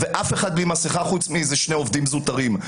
ואף אחד בלי מסכה חוץ מאיזה שני עובדים זוטרים.